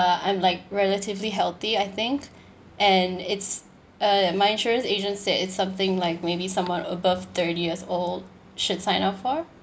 uh I'm like relatively healthy I think and it's uh my insurance agent said it's something like maybe someone above thirty years old should sign up for